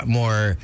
more